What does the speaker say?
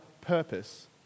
purpose